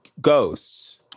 Ghosts